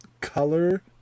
color